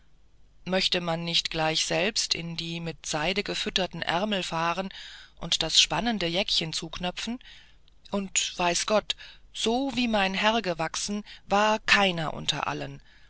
möchte man da nicht gleich selbst in die mit seide gefütterten ärmel fahren und das spannende jäckchen zuknöpfen und weiß gott so wie mein herr gewachsen war keiner unter allen